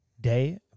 day